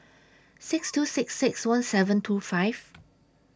six two six six one seven two five